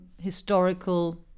historical